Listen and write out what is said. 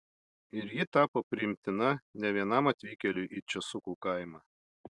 ir ji tapo priimtina ne vienam atvykėliui į česukų kaimą